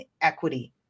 equity